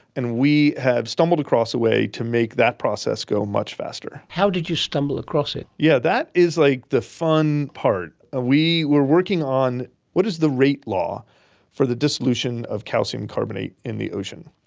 and we have stumbled across a way to make that process go much faster. how did you stumble across it? yes, yeah that is like the fun part. we were working on what is the rate law for the dissolution of calcium carbonate in the ocean?